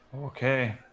Okay